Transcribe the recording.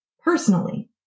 personally